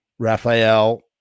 Raphael